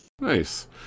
Nice